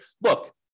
look